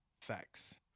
Facts